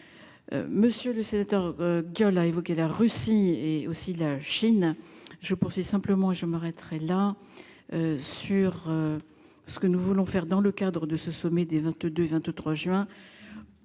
Monsieur le sénateur gueule a évoqué la Russie et aussi la Chine. Je pensais simplement je m'arrêterai là. Sur. Ce que nous voulons faire dans le cadre de ce sommet des 22 et 23 juin.